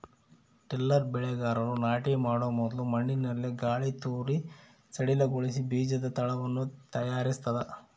tiller ಬೆಳೆಗಾರರು ನಾಟಿ ಮಾಡೊ ಮೊದಲು ಮಣ್ಣಿನಲ್ಲಿ ಗಾಳಿತೂರಿ ಸಡಿಲಗೊಳಿಸಿ ಬೀಜದ ತಳವನ್ನು ತಯಾರಿಸ್ತದ